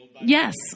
Yes